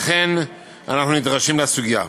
לכן אנחנו נדרשים לסוגיה.